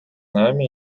нами